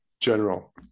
general